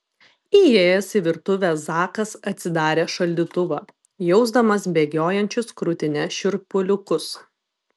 įėjęs į virtuvę zakas atsidarė šaldytuvą jausdamas bėgiojančius krūtine šiurpuliukus